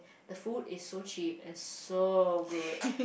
the food is so cheap and so good